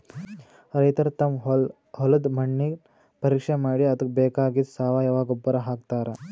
ರೈತರ್ ತಮ್ ಹೊಲದ್ದ್ ಮಣ್ಣಿನ್ ಪರೀಕ್ಷೆ ಮಾಡಿ ಅದಕ್ಕ್ ಬೇಕಾಗಿದ್ದ್ ಸಾವಯವ ಗೊಬ್ಬರ್ ಹಾಕ್ತಾರ್